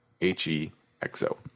H-E-X-O